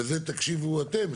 וזה תקשיבו אתם,